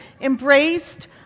embraced